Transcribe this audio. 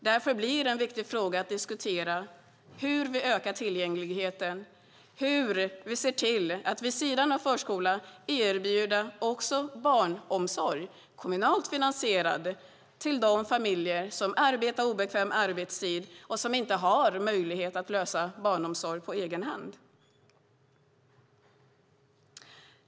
Därför blir det en viktig fråga att diskutera hur vi ökar tillgängligheten och ser till att vid sidan av förskolan också erbjuda kommunalt finansierad barnomsorg till de familjer som arbetar på obekväm arbetstid och inte har möjlighet att lösa barnomsorgen på egen hand.